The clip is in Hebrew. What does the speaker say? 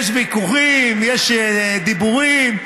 יש ויכוחים, יש דיבורים.